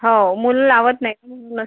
हो मुलं लावत नाहीत ना